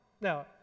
Now